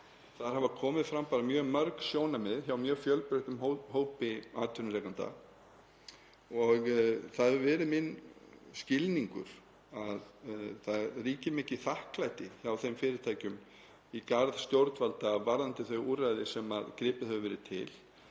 Þar hafa komið fram mjög mörg sjónarmið hjá mjög fjölbreyttum hópi atvinnurekenda og það hefur verið minn skilningur að það ríki mikið þakklæti hjá þeim fyrirtækjum í garð stjórnvalda varðandi þau úrræði sem gripið hefur verið til.